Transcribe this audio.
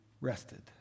rested